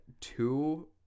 two